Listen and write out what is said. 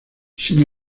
sin